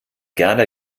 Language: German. gerda